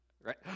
Right